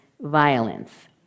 violence